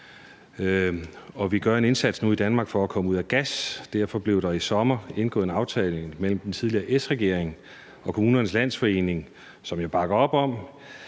vi gør nu i Danmark en indsats for at komme væk fra gas, og derfor blev der i sommer indgået en aftale mellem den tidligere S-regering og Kommunernes Landsforening, som jeg bakker op om.